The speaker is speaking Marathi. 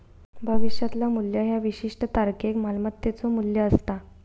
भविष्यातला मू्ल्य ह्या विशिष्ट तारखेक मालमत्तेचो मू्ल्य असता